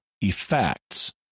effects